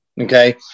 Okay